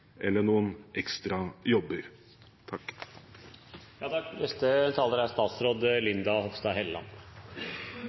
eller noen ekstra jobber.